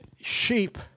sheep